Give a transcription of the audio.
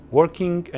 working